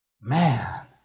man